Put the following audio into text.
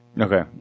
Okay